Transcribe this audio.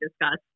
discuss